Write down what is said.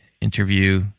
interview